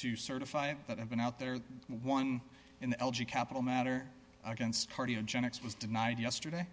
to certify that have been out there one in the l g capital matter against party in genesis was denied yesterday